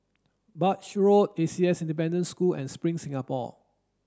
Birch Road A C S Independent Boarding School and Spring Singapore